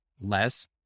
less